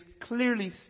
clearly